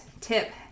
tip